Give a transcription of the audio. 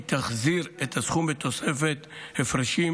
היא תחזיר את הסכום בתוספת הפרשים,